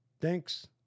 Thanks